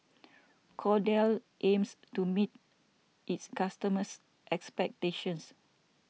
Kordel's aims to meet its customers' expectations